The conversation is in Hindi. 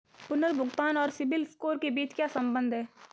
पुनर्भुगतान और सिबिल स्कोर के बीच क्या संबंध है?